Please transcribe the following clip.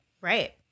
Right